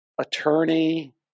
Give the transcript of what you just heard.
attorney